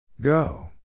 Go